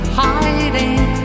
hiding